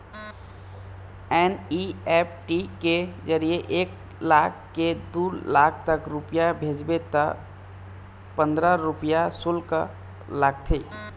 NEFT के जरिए एक लाख ले दू लाख तक रूपिया भेजबे त पंदरा रूपिया सुल्क लागथे